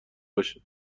باشه